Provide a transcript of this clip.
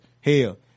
hell